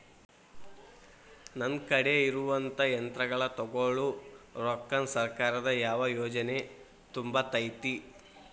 ನನ್ ಕಡೆ ಇರುವಂಥಾ ಯಂತ್ರಗಳ ತೊಗೊಳು ರೊಕ್ಕಾನ್ ಸರ್ಕಾರದ ಯಾವ ಯೋಜನೆ ತುಂಬತೈತಿ?